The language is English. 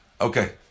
Okay